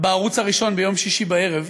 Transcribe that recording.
בערוץ הראשון ביום שישי בערב,